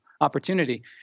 opportunity